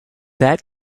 that